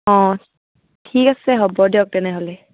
অঁ ঠিক আছে হ'ব দিয়ক তেনেহ'লে